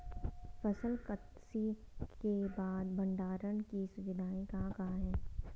फसल कत्सी के बाद भंडारण की सुविधाएं कहाँ कहाँ हैं?